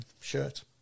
shirt